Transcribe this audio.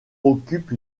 occupe